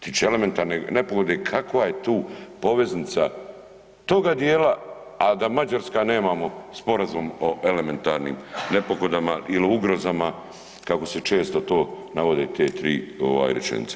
Di će elementarne nepogode, kakve je tu poveznica toga djela a da Mađarska nemamo sporazum o elementarnim nepogodama ili ugrozama kako se često to navode te tri rečenice.